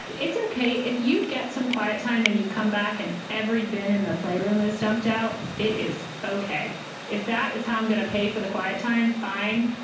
it's okay if you get some quiet time and you come back and every been in the playroom is dumped out. it is ok if that is how i'm gonna pay for the quiet time. fine.